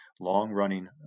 long-running